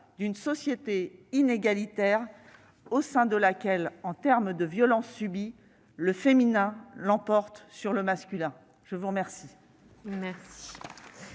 d'une société inégalitaire au sein de laquelle, en termes de violences subies, le féminin l'emporte sur le masculin. La parole